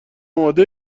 آماده